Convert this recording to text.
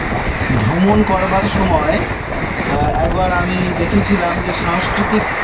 ভ্রমণ করবার সময় একবার আমি দেখেছিলাম যে সাংস্কৃতিক